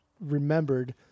remembered